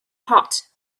hot